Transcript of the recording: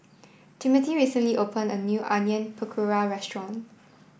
Timmothy recently opened a new Onion Pakora Restaurant